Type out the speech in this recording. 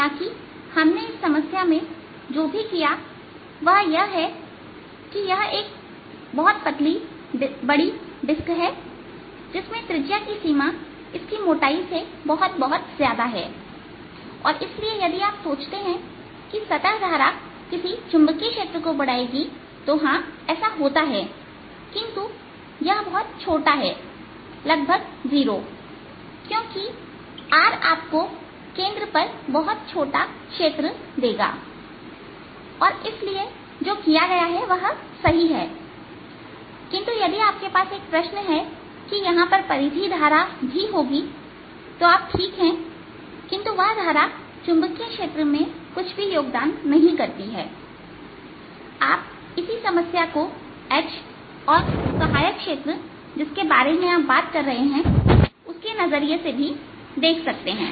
हालांकि हमने इस समस्या में जो भी किया वह यह है कि यह एक बड़ी पतली डिस्क है जिसमें त्रिज्या की सीमा इसकी मोटाई से बहुत बहुत ज्यादा है और इसलिए यदि आप सोचते हैं कि सतह धारा किसी चुंबकीय क्षेत्र को बढ़ाएगी तो हां ऐसा होता है किंतु यह बहुत छोटा है है लगभग जीरो क्योंकि R आपको केंद्र पर बहुत छोटा क्षेत्र देगा और इसलिए जो किया गया वह सही है किंतु यदि आपके पास एक प्रश्न है कि यहां पर परिधि धारा भी होगी तो आप ठीक हैं किंतु वह धारा चुंबकीय क्षेत्र में कुछ भी योग नहीं करती है आप इसी समस्या को H और सहायक क्षेत्र जिसके बारे में आप बात कर रहे हैं उसके नजरिए से भी देख सकते हैं